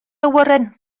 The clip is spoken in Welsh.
awyren